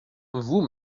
vous